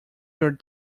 your